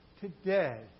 Today